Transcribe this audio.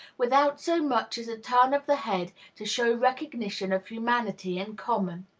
without so much as a turn of the head to show recognition of humanity in common.